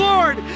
Lord